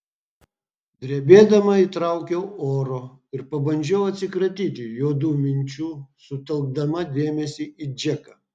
drebėdama įtraukiau oro ir pabandžiau atsikratyti juodų minčių sutelkdama dėmesį į džeką